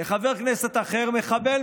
לחבר כנסת אחר: מחבל,